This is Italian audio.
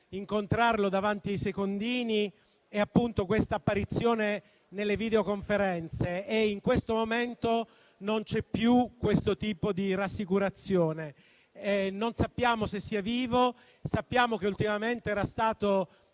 incontrarlo davanti ai secondini e la sua apparizione nelle videoconferenze. In questo momento, non c'è più tale tipo di rassicurazione. Non sappiamo se sia vivo. Sappiamo che ultimamente era stato